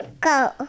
Go